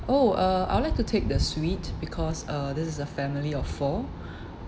oh uh I'd like to take the suite because uh this is a family of four